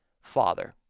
father